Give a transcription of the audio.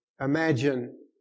imagine